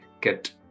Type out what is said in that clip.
get